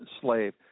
slave